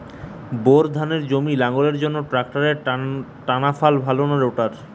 Bore ধানের জমি লাঙ্গলের জন্য ট্রাকটারের টানাফাল ভালো না রোটার?